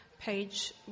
page